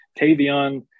Tavion